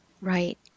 Right